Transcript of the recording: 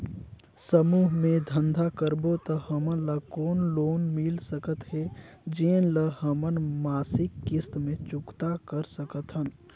समूह मे धंधा करबो त हमन ल कौन लोन मिल सकत हे, जेन ल हमन मासिक किस्त मे चुकता कर सकथन?